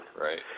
Right